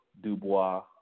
Dubois